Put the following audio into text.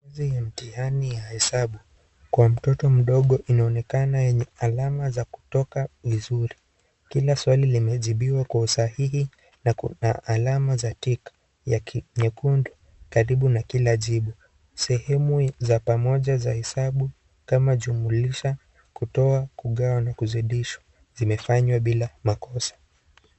Karatasi ya mtihani ya hesabu kwa mtoto mdogo inaonekana yenye alama za kutoka vizuri. Kila swali limejibiwa kwa usahihi na kuna alama za tick nyekundu karibu na kila jibu. Sehemu za pamoja za hesabu kama jumulisha, kutoa, kugawa na kuzidishwa zimefanywa bila makosa.